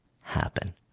happen